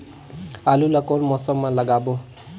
आलू ला कोन मौसम मा लगाबो?